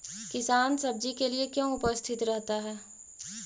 किसान सब्जी के लिए क्यों उपस्थित रहता है?